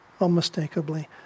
unmistakably